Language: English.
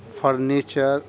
furniture